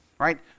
Right